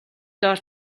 доор